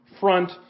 front